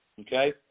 Okay